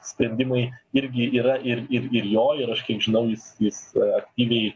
sprendimai irgi yra ir ir ir jo ir aš kiek žinau jis aktyviai